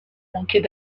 manquait